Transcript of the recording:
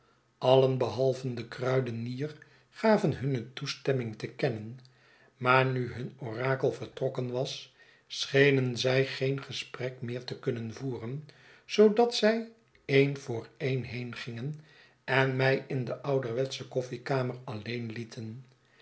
allen behalve de kruidenier gaven hunne toestemming te kennen maar nu hun orakel vertrokken was schenen zij geen gesprek meer te kunnen voeren zoodat zij een voor een heengingen en mij in de ouderwetsche kofhekamer alleen lieten